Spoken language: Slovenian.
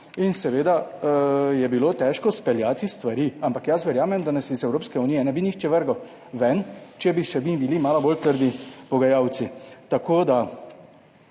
in seveda je bilo težko speljati stvari, ampak jaz verjamem, da nas iz Evropske unije ne bi nihče vrgel ven, če bi še bili malo bolj trdi pogajalci.